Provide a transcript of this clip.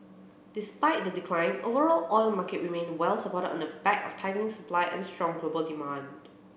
despite the decline overall oil markets remained well supported on the back of tightening supply and strong global demand